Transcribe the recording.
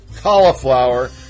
cauliflower